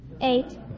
Eight